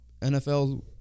NFL